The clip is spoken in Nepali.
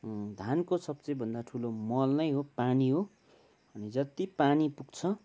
धानको सबसे भन्दा ठुलो मल नै हो पानी हो अनि जति पानी पुग्छ